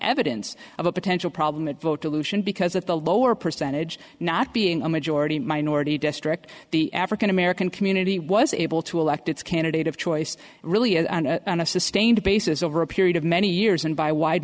evidence of a potential problem of vote dilution because that the lower percentage not being a majority minority district the african american community was able to elect its candidate of choice really is on a sustained basis over a period of many years and by wide